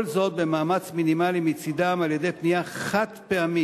כל זאת במאמץ מינימלי מצדם, על-ידי פנייה חד-פעמית